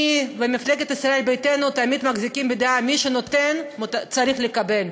אני ומפלגת ישראל ביתנו תמיד מחזיקים בדעה שמי שנותן צריך לקבל,